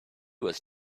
was